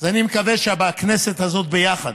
אני מקווה שהכנסת הזאת, ביחד,